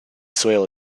soil